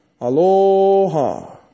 Aloha